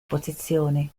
posizione